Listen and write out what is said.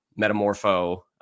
Metamorpho